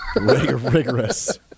Rigorous